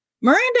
Miranda